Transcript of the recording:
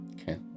Okay